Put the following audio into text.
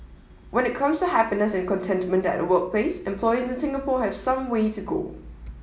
when it comes to happiness and contentment at the workplace employees in Singapore have some way to go